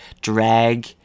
drag